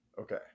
Okay